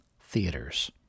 Theaters